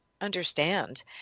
understand